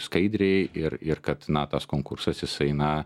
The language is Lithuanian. skaidriai ir ir kad na tos konkursas jisai na